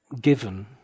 given